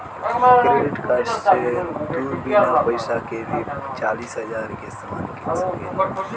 credit card से तू बिना पइसा के भी चालीस हज़ार के सामान किन सकेल